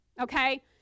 Okay